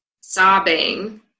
sobbing